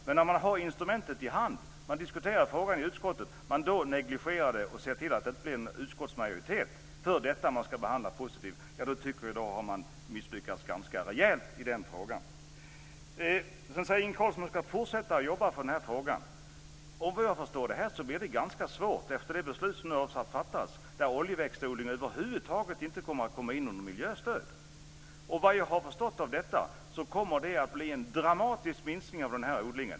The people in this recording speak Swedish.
Men när instrumentet finns i handen, frågan diskuteras i utskottet, och frågan då negligeras så att det inte blir någon utskottsmajoritet för det som ska behandlas positivt, då har man misslyckats rejält i frågan. Inge Carlsson ska fortsätta att jobba för frågan. Det blir ganska svårt efter det beslut som snart ska fattas. Oljeväxtodling kommer över huvud taget inte att komma in under miljöstöd. Det kommer att bli en dramatisk minskning av den odlingen.